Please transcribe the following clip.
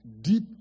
deep